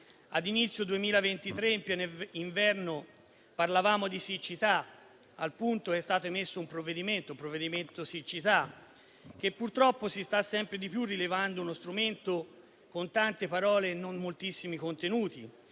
ad inizio 2023, in pieno inverno, parlavamo di siccità. Sul punto, è stato emesso un provvedimento, il decreto siccità, che purtroppo si sta sempre di più rilevando uno strumento con tante parole e non moltissimi contenuti.